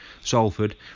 Salford